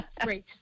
great